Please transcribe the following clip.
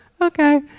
Okay